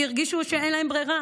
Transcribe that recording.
כי הן הרגישו שאין להם ברירה